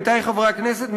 עמיתי חברי הכנסת,